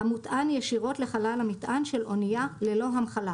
המוטען ישירות לחלל המטען של אנייה ללא המכלה,